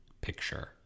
picture